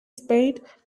spade